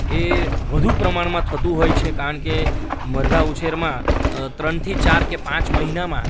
એ વધું પ્રમાણમાં થતું હોય છે કારણ કે મરઘા ઉછેરમાં ત્રણથી ચાર કે પાંચ મહિનામાં